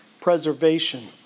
preservation